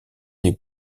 les